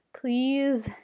please